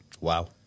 Wow